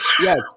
Yes